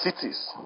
cities